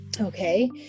Okay